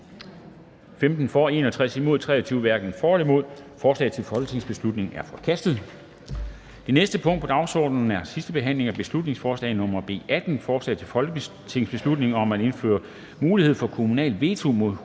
Krarup (UFG)), hverken for eller imod stemte 23 (V). Forslaget til folketingsbeslutning er forkastet. --- Det næste punkt på dagsordenen er: 6) 2. (sidste) behandling af beslutningsforslag nr. B 18: Forslag til folketingsbeslutning om at indføre mulighed for kommunalt veto mod husdyrbrug